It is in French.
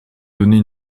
donner